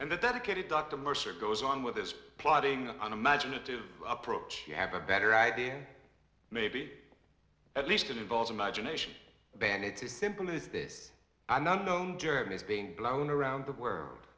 and the dedicated doctor mercer goes on with this plotting an imaginative approach you have a better idea maybe at least it involves imagination band it's as simple as this i'm not known german is being blown around the world